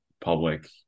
public